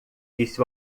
disse